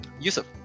Yusuf